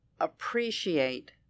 appreciate